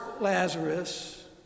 Lazarus